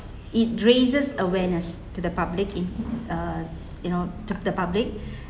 it raises awareness to the public in uh you know to the public